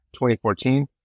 2014